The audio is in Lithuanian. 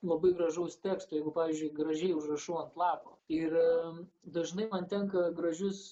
labai gražaus teksto jeigu pavyzdžiui gražiai užrašau ant lapo ir dažnai man tenka gražius